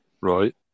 Right